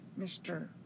Mr